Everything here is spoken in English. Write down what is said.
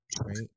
right